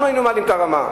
אנחנו היינו מעלים את הרמה.